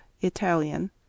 Italian